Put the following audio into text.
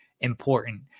important